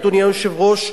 אדוני היושב-ראש,